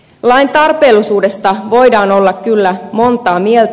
lain tarpeellisuudesta voidaan olla kyllä montaa mieltä